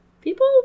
people